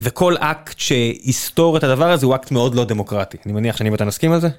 וכל אקט שיסתור את הדבר הזה הוא אקט מאוד לא דמוקרטי, אני מניח שאני ואתה נסכים על זה.